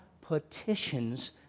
petitions